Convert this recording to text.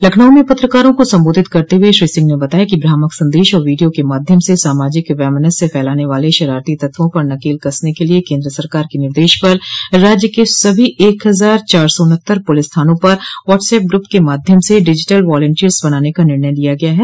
लखनऊ में पत्रकारों को संबोधित करते हुए श्री सिंह ने बताया कि भ्रामक संदेष और वीडियो के माध्यम से सामाजिक वैमनस्य फैलाने वाले षरारती तत्वों पर नकेल कसने के लिए केन्द्र सरकार के निर्देष पर राज्य के सभी एक हजार चारसौ उन्हत्तर पुलिस थानों पर वाट्सऐप ग्रुप के माध्यम से डिजीटल वालंटियर्स बनाने का निर्णय लिया गया है